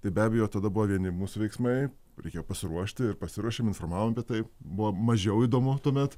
tai be abejo tada buvo vieni mūsų veiksmai reikia pasiruošti ir pasiruošėm informavom apie tai buvo mažiau įdomu tuomet